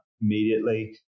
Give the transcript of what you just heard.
immediately